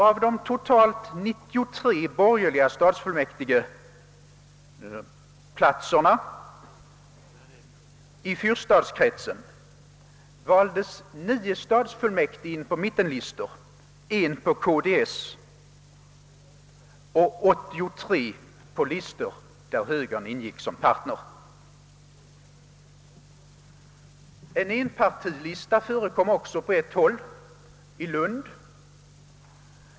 Av de totalt 93 borgerliga stadsfullmäktigeplatserna i kretsen valdes 9 stadsfullmäktige in på mittenlistor, 1 på KDS-listan och 83 på listor där högern ingick som partner. En enpartilista förekom på ett håll, i Lund.